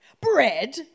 Bread